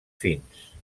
fins